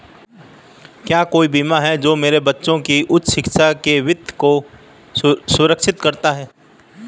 क्या कोई बीमा है जो मेरे बच्चों की उच्च शिक्षा के वित्त को सुरक्षित करता है?